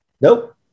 Nope